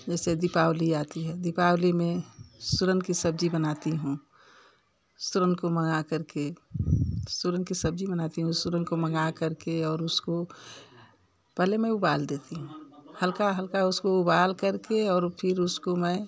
जैसे दीपावली आती है दीपावली में सूरन कि सब्ज़ी बनाती हूँ सूरन को मँगा करके सूरन कि सब्ज़ी बनाती हूँ सूरन को मँगा करके और उसको पहले मैं उबाल देती हूँ हल्का हल्का उसको उबालकर के और फिर उसको मैं